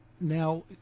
now